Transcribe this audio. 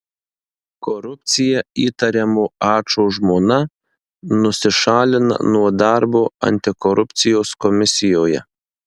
korupcija įtariamo ačo žmona nusišalina nuo darbo antikorupcijos komisijoje